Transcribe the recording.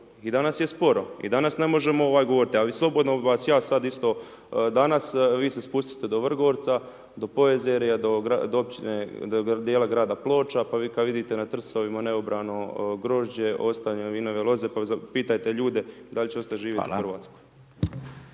I danas je sporo i danas ne možemo govoriti. Ali, slobodno bi vas ja sada isto danas, vi se spustite do Vrgorca, da Poezerja, do općine do dijela grada Ploća, pa vi kada vidite na trsovima neobrano grožđe, ostavljene vinove loze, pa pitajte ljude da li će ostati živjeti u Hrvatskoj.